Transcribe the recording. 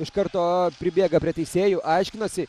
iš karto pribėga prie teisėjų aiškinasi